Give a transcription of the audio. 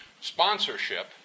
Sponsorship